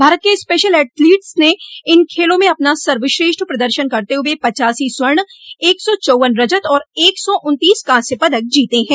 भारत के special athletes ने इन खेलों में अपना सर्वश्रेष्ठ प्रदर्शन करते हुए पच्चासी स्वर्ण एक सौ चौव्वन रजत और एक सौ उन्तीस कांस्य पदक जीतें हैं